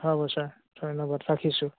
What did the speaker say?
হ'ব ছাৰ ধন্যবাদ ৰাখিছোঁ